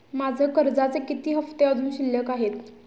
माझे कर्जाचे किती हफ्ते अजुन शिल्लक आहेत?